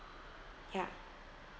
ya